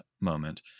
moment